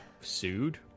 sued